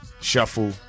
shuffle